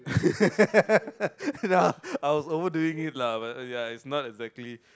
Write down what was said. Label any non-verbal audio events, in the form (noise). (laughs) nah I was over doing it lah but ya it's not exactly